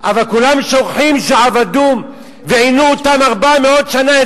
אבל כולם שוכחים שעבדום ועינו אותם 400 שנה.